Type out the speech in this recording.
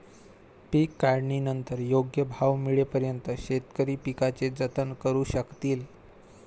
पीक काढणीनंतर योग्य भाव मिळेपर्यंत शेतकरी पिकाचे जतन करू शकतील